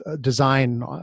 design